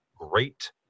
great